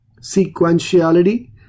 Sequentiality